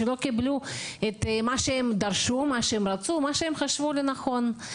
שלא קיבלו את מה שהם דרשו ומה שהם רצו ומה שהם חשבו לנכון.